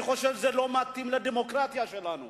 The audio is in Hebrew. אני חושב שזה לא מתאים לדמוקרטיה שלנו,